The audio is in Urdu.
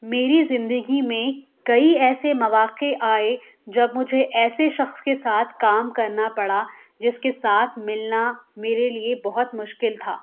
میری زندگی میں کئی ایسے مواقع آئے جب مجھے ایسے شخص کے ساتھ کام کرنا پڑا جس کے ساتھ ملنا میرے لیے بہت مشکل تھا